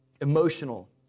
emotional